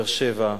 באר-שבע,